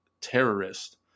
terrorist